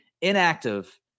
inactive